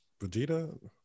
Vegeta